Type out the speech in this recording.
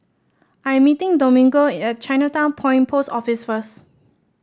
I'm meeting Domingo at Chinatown Point Post Office first